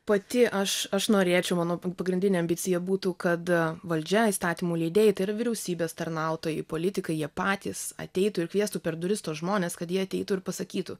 pati aš aš norėčiau mano pagrindinė ambicija būtų kada valdžia įstatymų leidėjai ir vyriausybės tarnautojai politikai jie patys ateitų ir kviestų per duris tuos žmones kad jie ateitų ir pasakytų